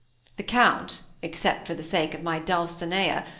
the count except for the sake of my dulcinea,